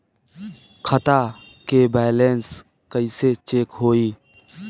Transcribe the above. खता के बैलेंस कइसे चेक होई?